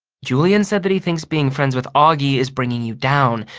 julian said that he thinks being friends with auggie is bringing you down,